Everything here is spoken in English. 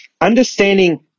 Understanding